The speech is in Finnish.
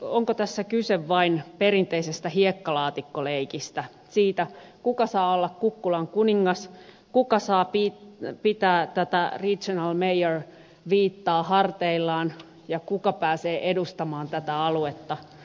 onko tässä kyse vain perinteisestä hiekkalaatikkoleikistä siitä kuka saa olla kukkulan kuningas kuka saa pitää tätä regional mayor viittaa harteillaan ja kuka pääsee edustamaan tätä aluetta